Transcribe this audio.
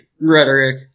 rhetoric